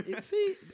See